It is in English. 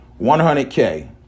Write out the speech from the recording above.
100k